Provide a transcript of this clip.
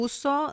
Uso